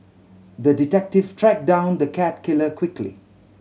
the detective tracked down the cat killer quickly